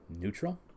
neutral